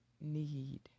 need